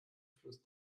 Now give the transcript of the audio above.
fluss